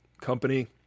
company